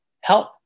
help